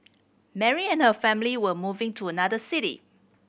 Mary and her family were moving to another city